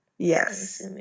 Yes